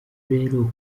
rero